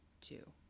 two